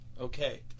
Okay